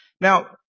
Now